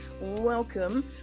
welcome